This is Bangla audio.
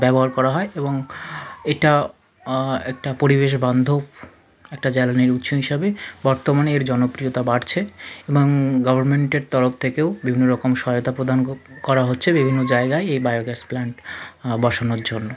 ব্যবহার করা হয় এবং এটা একটা পরিবেশ বান্ধব একটা জ্বালানির উৎস হিসাবে বর্তমানে এর জনপ্রিয়তা বাড়ছে এবং গভারমেন্টের তরফ থেকেও বিভিন্ন রকম সহায়তা প্রদান করা হচ্ছে বিভিন্ন জায়গায় এই বায়োগ্যাস প্ল্যান্ট বসানোর জন্য